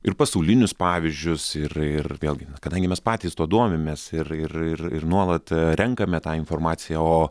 ir pasaulinius pavyzdžius ir ir vėlgi kadangi mes patys tuo domimės ir ir ir nuolat renkame tą informaciją o